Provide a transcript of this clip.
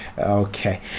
Okay